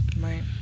Right